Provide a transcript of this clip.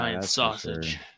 sausage